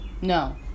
No